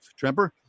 Tremper